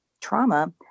trauma